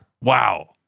wow